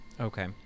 Okay